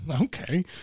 okay